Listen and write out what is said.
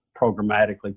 programmatically